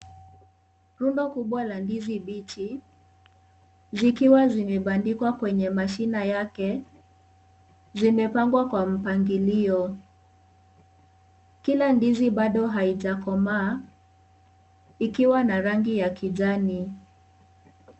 Rundo kubwa la ndizi mbichi, zikiwa zimebandikwa kwenye mashina yake, zimepangwa kwa mpangilio. Kila ndizi bado haijakomaa, ikiwa na rangi ya kijani.